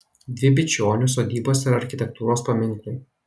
dvi bičionių sodybos yra architektūros paminklai